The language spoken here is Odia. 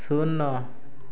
ଶୂନ